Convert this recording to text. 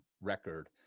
record